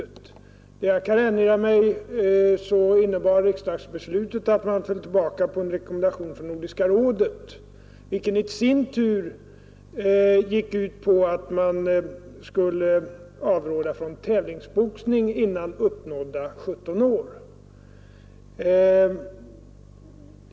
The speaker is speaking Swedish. Enligt vad jag kan erinra mig innebar riksdagsbeslutet att man föll tillbaka på en rekommendation från Nordiska rådet, vilken i sin tur gick ut på att man skulle avråda från tävlingsboxning före uppnådda 17 år.